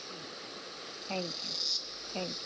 ठीकु आहे ठीकु आहे थैंक्यूं थैंक्यूं